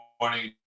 morning